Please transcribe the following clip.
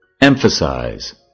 Emphasize